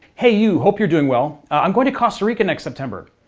hey you! hope you're doing well. i'm going to costa rica next september!